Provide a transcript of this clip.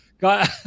Got